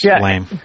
lame